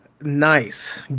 nice